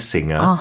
Singer